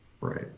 Right